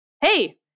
hey